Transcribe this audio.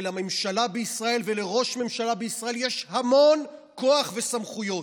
ולממשלה בישראל ולראש ממשלה בישראל יש המון כוח וסמכויות.